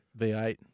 V8